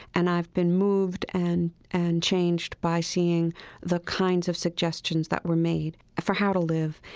and i've been moved and and changed by seeing the kinds of suggestions that were made for how to live,